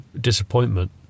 disappointment